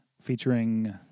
featuring